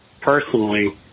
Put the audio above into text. personally